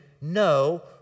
no